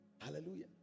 hallelujah